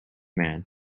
man